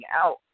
out